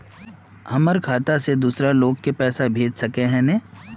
हमर खाता से दूसरा लोग के पैसा भेज सके है ने?